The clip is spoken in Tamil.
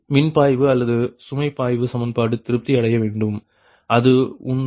மின் பாய்வு அல்லது சுமை பாய்வு சமன்பாடு திருப்தியடைய வேண்டும் அது உண்மை